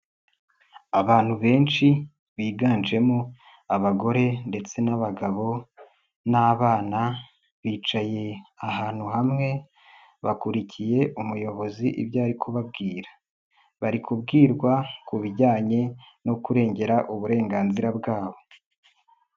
Abantu benshi biganjemo abagore ndetse n'abagabo n'bana bicaye ahantu hamwe, bakurikiye umuyobozi ibyo ari kubabwira. Bari kubwirwa ku bijyanye no kurengera uburenganzira bwabo.